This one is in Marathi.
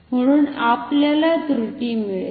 म्हणुन आपल्याला त्रुटि मिळेल